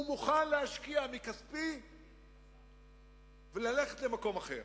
ומוכן להשקיע מכספי וללכת למקום אחר.